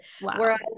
Whereas